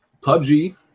PUBG